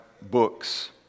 books